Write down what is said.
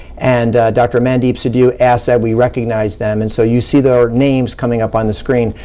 and dr. mandeep sidhu asked that we recognize them, and so you see their names coming up on the screen.